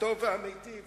אומנם